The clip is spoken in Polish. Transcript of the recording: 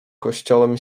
kościołem